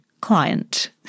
client